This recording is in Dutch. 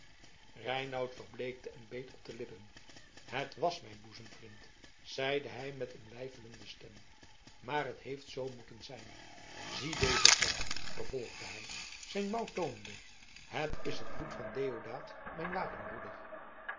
reinout verbleekte en beet op de lippen hij was mijn boezemvriend zeide hij met een weifelende stem maar het heeft zoo moeten zijn zie deze vlekken vervolgde hij zijn mouw toonende het is het bloed van deodaat mijn